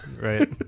right